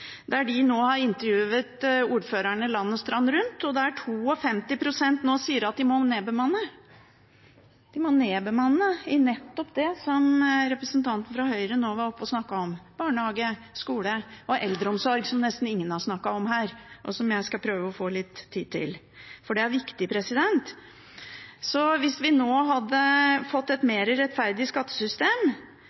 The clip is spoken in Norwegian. der 52 pst. nå sier at de må nedbemanne. De må nedbemanne i nettopp det som representanten fra Høyre nå var oppe og snakket om: barnehage, skole og eldreomsorg – som nesten ingen har snakket om her, og som jeg skal prøve å få litt tid til, for det er viktig. Hvis vi nå hadde fått et mer rettferdig skattesystem,